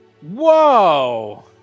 Whoa